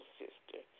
sister